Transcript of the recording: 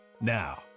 Now